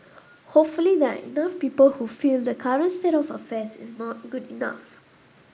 hopefully there are enough people who feel the current state of affairs is not good enough